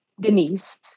denise